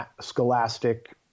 scholastic